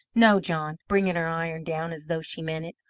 no, john, bringing her iron down as though she meant it,